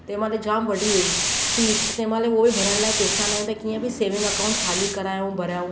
तंहिं महिल जामु वॾी हुई फीस तंहिं महिल तंहिं महिल हूअ भरण लाइ पेसा न हुया त कीअं बि सेविंग अकाऊंट खाली करायूं भरायूं